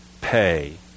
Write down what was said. pay